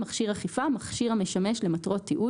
"מכשיר אכיפה" מכשיר המשמש למטרת תיעוד